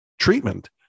treatment